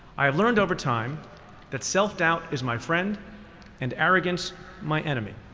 i've learned over time that self-doubt is my friend and arrogance my enemy.